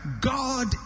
God